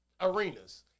arenas